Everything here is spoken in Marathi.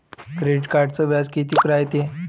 क्रेडिट कार्डचं व्याज कितीक रायते?